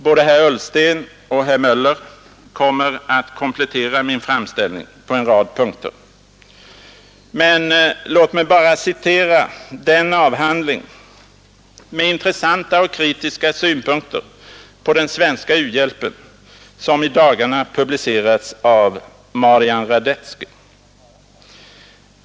Både herr Ullsten och herr Möller i Göteborg kommer att komplettera min framställning på en rad punkter. Låt mig bara citera den avhandling med intressanta och kritiska synpunkter på den svenska u-hjälpen som i dagarna publicerats av Marian Radetzki.